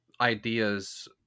ideas